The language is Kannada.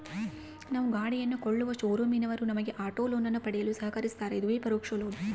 ನಾವು ಗಾಡಿಯನ್ನು ಕೊಳ್ಳುವ ಶೋರೂಮಿನವರು ನಮಗೆ ಆಟೋ ಲೋನನ್ನು ಪಡೆಯಲು ಸಹಕರಿಸ್ತಾರ, ಇದುವೇ ಪರೋಕ್ಷ ಲೋನ್